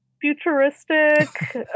futuristic